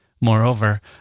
Moreover